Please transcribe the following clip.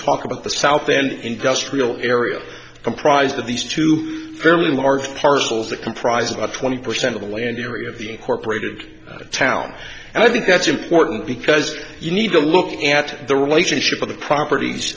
talk about the south and just real area comprised of these two very large parcels that comprise about twenty percent of the land area of the incorporated town and i think that's important because you need to look at the relationship of the properties